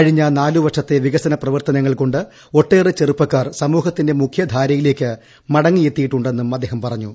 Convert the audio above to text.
കഴിഞ്ഞ നാലുവർഷത്തെ വികസന പ്രവർത്തനങ്ങൾക്കാണ്ട് ഒട്ടേറെ ചെറുപ്പക്കാർ സമൂഹത്തിന്റെ മുഖ്യധാരയിലേക്ക് മടങ്ങിയെത്തിയിട്ടുണ്ടെന്നും അദ്ദേഹം പറഞ്ഞു